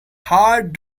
hard